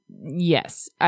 Yes